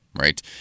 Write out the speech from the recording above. right